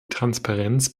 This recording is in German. transparenz